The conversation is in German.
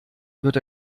wird